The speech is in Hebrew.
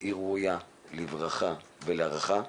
היא ראויה לברכה ולהערכה.